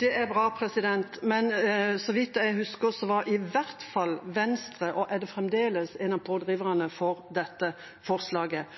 Det er bra, men så vidt jeg husker, var i hvert fall Venstre – og er det fremdeles – en av pådriverne for dette forslaget.